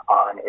on